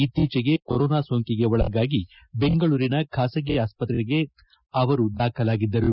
ಇತ್ತೀಚೆಗೆ ಕೊರೋನಾ ಸೋಂಕಿಗೆ ಒಳಗಾಗಿ ಬೆಂಗಳೂರಿನ ಖಾಸಗಿ ಆಸ್ತತ್ರಗೆ ದಾಖಲಾಗಿದ್ದರು